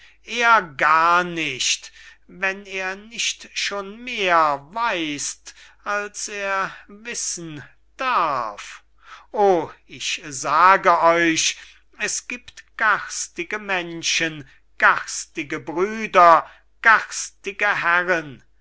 er gar nicht wenn er nicht schon mehr weiß als er wissen darf oh ich sage euch es gibt garstige menschen garstige brüder garstige herren